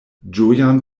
ĝojan